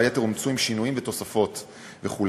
והיתר אומצו עם שינויים ותוספות וכו'.